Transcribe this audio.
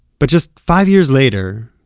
but just five years later,